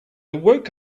woke